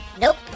Nope